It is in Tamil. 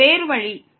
இது வேறு வழி